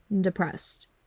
depressed